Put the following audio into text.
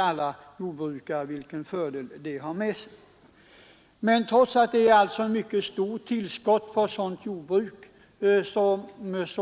Alla jordbrukare vet vilken fördel detta innebär. Men trots att det är fråga om ett mycket stort tillskott till jordbruket finns